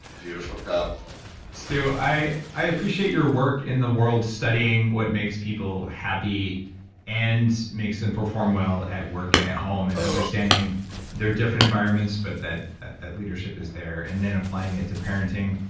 beautiful cup stew i i appreciate your work in the world studying what makes people happy and makes them perform well at work and at home and understanding they're different environments but that that leadership is there and then applying it to parenting.